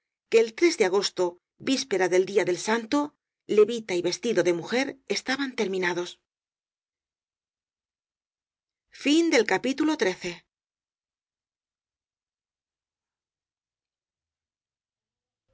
que el de agosto víspe ra del día del santo levita y vestido de mujer esta ban terminados